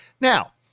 now